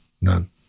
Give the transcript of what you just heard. None